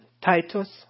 Titus